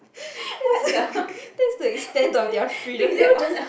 that's like that's like stand of their freedom they were just